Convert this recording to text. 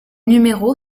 numéro